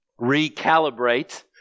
recalibrate